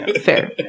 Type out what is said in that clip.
Fair